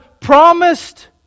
promised